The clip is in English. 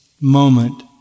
moment